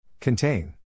Contain